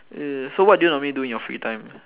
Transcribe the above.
so what do you normally do in your free time